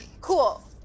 Cool